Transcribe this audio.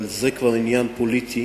אבל זה כבר עניין פוליטי